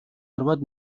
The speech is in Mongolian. арваад